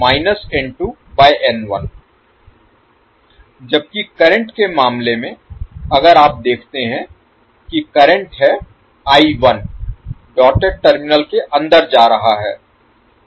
इसलिए जबकि करंट के मामले में अगर आप देखते हैं कि करंट है I1 डॉटेड टर्मिनल के अंदर जा रहा है